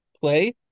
Play